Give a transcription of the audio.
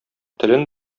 телен